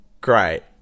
great